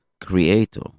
Creator